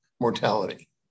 mortality